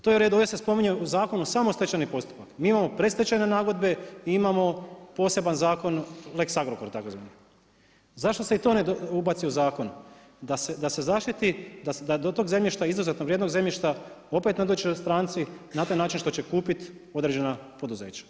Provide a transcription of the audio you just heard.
To je red, ovdje se spominje u zakonu samo stečajni postupak, mi imamo predstečajne nagodbe i imamo poseban zakon lex Agrokor tzv. Zašto se i to ne ubaci u zakon da se zaštiti, da do tog zemljišta, izuzetno vrijednog zemljišta opet ne dođu stranci na taj način što će kupiti određena poduzeća.